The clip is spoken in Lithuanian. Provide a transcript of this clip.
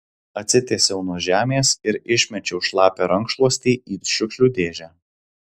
atsitiesiau nuo žemės ir išmečiau šlapią rankšluostį į šiukšlių dėžę